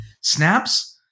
snaps